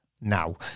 now